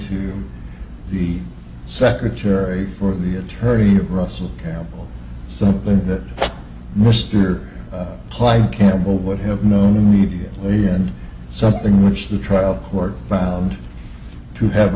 you the secretary for the attorney russell something that mr clyde campbell would have known immediately and something which the trial court found to have